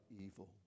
evil